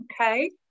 okay